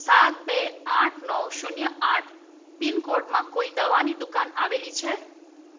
સાત બે આઠ નવ શૂન્ય આઠ પિનકોડમાં કોઈ દવાની દુકાન આવેલી છે